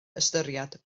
ystyried